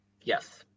Yes